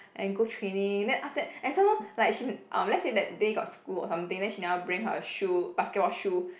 and go training then after that and some more like she um let's say that day got school or something then she never bring her shoe basketball shoe